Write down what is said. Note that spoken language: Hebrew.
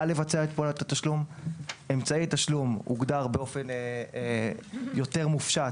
לבצע את פעולת התשלום; "אמצעי תשלום" הוגדר באופן יותר מופשט